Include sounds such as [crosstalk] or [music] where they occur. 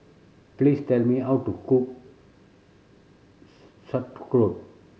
please tell me how to cook [unintelligible] Sauerkraut